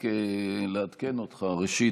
רק לעדכן אותך: ראשית,